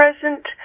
present